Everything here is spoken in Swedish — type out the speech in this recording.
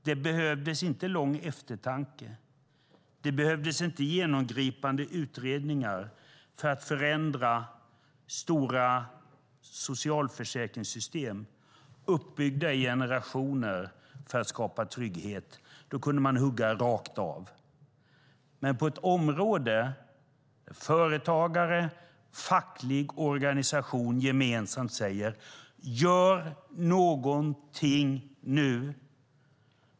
Det behövdes inte lång eftertanke eller genomgripande utredningar för att förändra stora socialförsäkringssystem som byggts upp under generationer för att skapa trygghet. Då kunde man hugga rakt av. Men på ett område där företagare och fackliga organisationer gemensamt säger: Gör någonting nu!